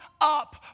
up